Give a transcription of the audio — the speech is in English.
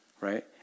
right